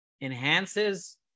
enhances